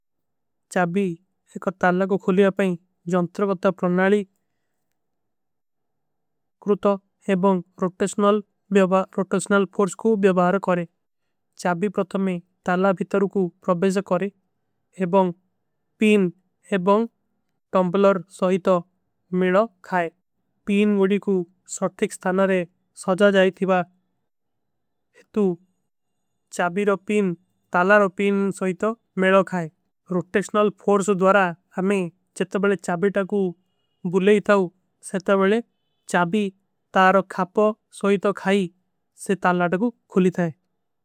ଚାବୀ ଏକ ତାଲା କୋ ଖୁଲିଯାପାଈଂ ଜଂତ୍ରପତ୍ତା ପ୍ରନାଡୀ। କୁରୂତା ଏବଂଗ ରୋଟେକ୍ଶନଲ। ଫୋର୍ସ କୋ ଵ୍ଯାଭାର କରେଂ ଚାବୀ ପ୍ରତମେ ତାଲା ଭୀତର। କୋ ପ୍ରଭେଜ କରେଂ ଏବଂଗ ପୀନ ଏବଂଗ ଟଂପଲର ସହୀତ। ମେଡୋ ଖାଏ ପୀନ ଉଡୀ କୁ ସୌର୍ଥିକ ସ୍ଥାନାରେ ସଜା। ଜାଯେ ଥିଵା ଇତୁ ଚାବୀ। ରୋ ପୀନ ତାଲା ରୋ ପୀନ ସହୀତ ମେଡୋ ଖାଏ।